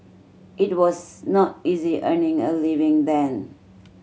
it was not easy earning a living then